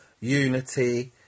unity